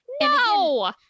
No